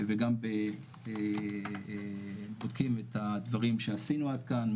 וגם בודקים את הדברים שעשינו עד כאן,